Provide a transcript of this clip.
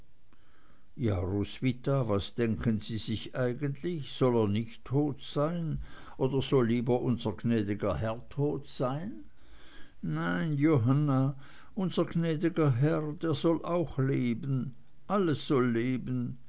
ja roswitha was denken sie sich eigentlich soll er nicht tot sein oder soll lieber unser gnädiger herr tot sein nein johanna unser gnäd'ger herr der soll auch leben alles soll leben